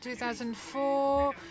2004